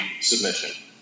submission